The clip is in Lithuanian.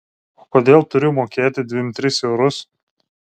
o kodėl turiu mokėti dvim tris eurus